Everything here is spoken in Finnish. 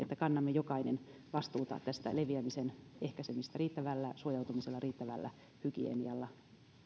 kannamme jokainen vastuuta tästä leviämisen ehkäisemisestä riittävällä suojautumisella riittävällä hygienialla